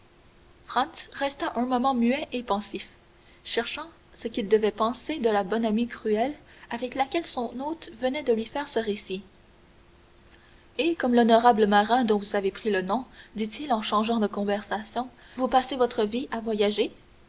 resta un moment muet et pensif cherchant ce qu'il devait penser de la bonhomie cruelle avec laquelle son hôte venait de lui faire ce récit et comme l'honorable marin dont vous avez pris le nom dit-il en changeant de conversation vous passez votre vie à voyager